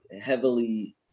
heavily